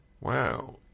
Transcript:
wow